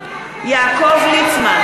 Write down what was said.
(קוראת בשמות חברי הכנסת) יעקב ליצמן,